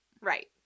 Right